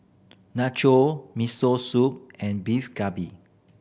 Nacho Miso Soup and Beef Galbi